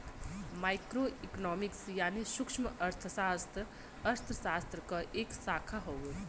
micro economics यानी सूक्ष्मअर्थशास्त्र अर्थशास्त्र क एक शाखा हउवे